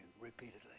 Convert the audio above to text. repeatedly